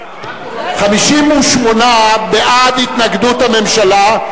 הודעת ועדת העבודה,